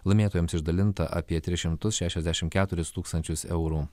laimėtojams išdalinta apie tris šimtus šešiasdešim keturis tūkstančius eurų